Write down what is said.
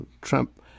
Trump